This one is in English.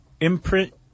imprint